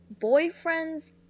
boyfriend's